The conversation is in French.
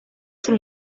tout